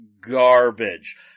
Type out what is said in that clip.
garbage